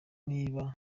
niba